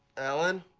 allen,